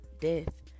death